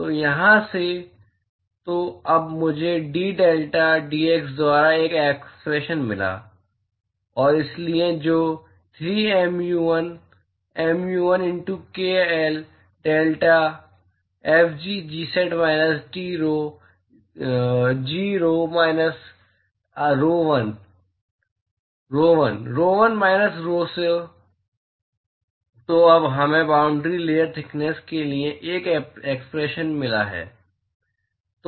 तो यहाँ से तो अब मुझे d डेल्टाdx द्वारा एक एक्सप्रेशन मिला है और इसलिए जो 3 mu l mu lk lडेल्टा f g Tsat minus T rho l grho v minus rho l rho l rho l minus rho so तो अब हमें बाॅन्ड्री लेयर थिकनेस के लिए एक एक्सप्रेशन मिला है